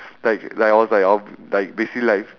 like like I was like I'll like basically like